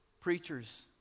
preachers